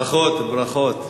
ברכות, ברכות.